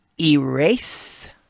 erase